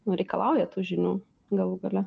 nu reikalauja tų žinių galų gale